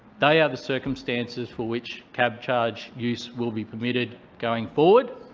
they are the circumstances for which cabcharge use will be permitted going forward,